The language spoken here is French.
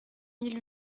mille